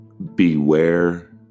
beware